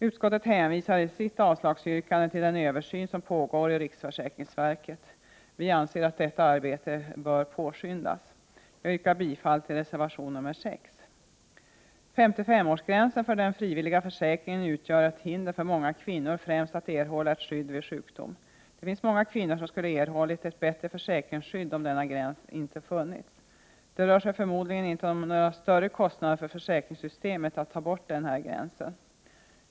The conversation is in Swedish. Utskottet hänvisar i sitt avslagsyrkande till den översyn som pågår i riksförsäkringsverket. Vi anser att detta arbete bör påskyndas. Jag yrkar bifall till reservation nr 6. SS-årsgränsen för den frivilliga försäkringen utgör ett hinder för många kvinnor främst att erhålla ett skydd vid sjukdom. Det finns många kvinnor som skulle ha erhållit ett bättre försäkringsskydd om denna gräns inte funnits. Det rör sig förmodligen inte om några större kostnader för försäkringssystemet att ta bort denna gräns.